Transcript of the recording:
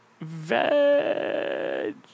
Veg